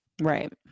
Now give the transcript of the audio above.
Right